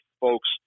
folks